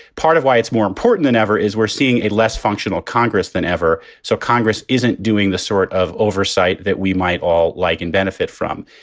part of why it's more important than ever is we're seeing a less functional congress than ever. so congress isn't doing the sort of oversight that we might all like and benefit from.